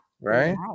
Right